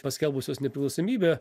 paskelbusios nepriklausomybę